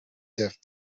death